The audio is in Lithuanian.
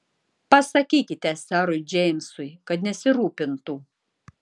pasakykite serui džeimsui kad nesirūpintų